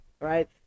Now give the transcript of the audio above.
right